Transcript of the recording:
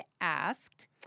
asked